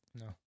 No